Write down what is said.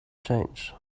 change